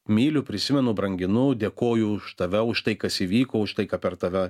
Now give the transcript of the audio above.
myliu prisimenu branginu dėkoju už tave už tai kas įvyko už tai ką per tave